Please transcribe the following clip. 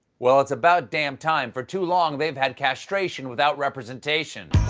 well, it's about damn time, for too long they have had castration without representation.